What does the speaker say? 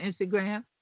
Instagram